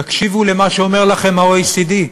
תקשיבו למה שאומר לכם ה-OECD.